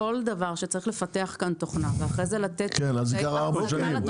כל דבר שצריך לפתח בו תוכנה ואחר כך לתת שירותי אחזקה לתחזוקה,